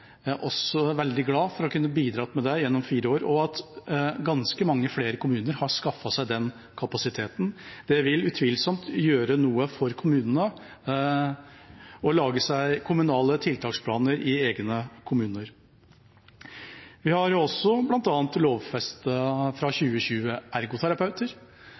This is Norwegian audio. Jeg er veldig glad for å ha kunnet bidra med det gjennom fire år. Ganske mange flere kommuner har skaffet seg den kapasiteten. Det vil utvilsomt ha mye å si for kommunene som skal lage egne kommunale tiltaksplaner. Vi har også lovfestet ergoterapeuter fra